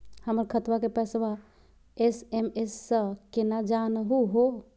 हमर खतवा के पैसवा एस.एम.एस स केना जानहु हो?